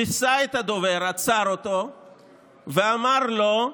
שיסע את הדובר, עצר אותו ואמר לו: